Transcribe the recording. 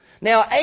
Now